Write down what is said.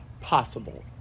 possible